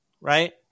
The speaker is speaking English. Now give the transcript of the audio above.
Right